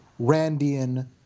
Randian